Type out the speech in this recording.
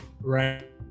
right